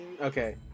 Okay